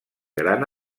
gran